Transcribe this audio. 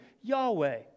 Yahweh